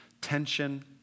tension